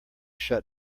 shut